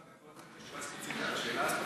אתה יכול לתת תשובה ספציפית על השאלה הספציפית?